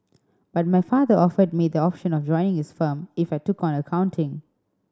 but my father offered me the option of joining his firm if I took on accounting